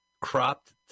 cropped